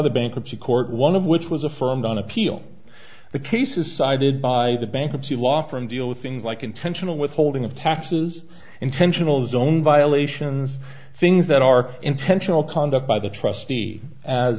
the bankruptcy court one of which was affirmed on appeal the cases cited by the bankruptcy law firm deal with things like intentional withholding of taxes intentional zone violations things that are intentional conduct by the trustee a